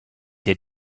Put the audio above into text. der